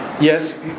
Yes